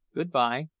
good-bye.